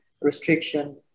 restriction